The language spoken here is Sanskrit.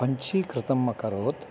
पञ्जीकृतम् अकरोत्